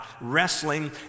wrestling